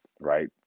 Right